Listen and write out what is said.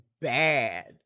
bad